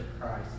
Christ